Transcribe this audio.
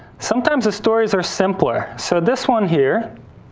sometimes the stories are simper. so, this one here